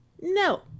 No